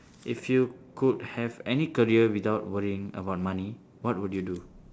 if you could have any career without worrying about money what would you do